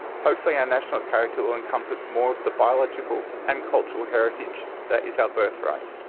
hopefully our national character will encompass more of the biological and cultural heritage that is our birthright.